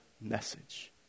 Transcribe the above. message